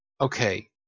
Okay